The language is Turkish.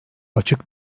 açık